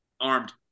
armed